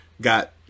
Got